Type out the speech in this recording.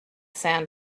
sand